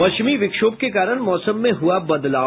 पश्चिमी विक्षोभ के कारण मौसम में हुआ बदलाव